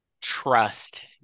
trust